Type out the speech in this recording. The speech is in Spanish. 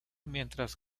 mientras